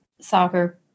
soccer